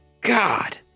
God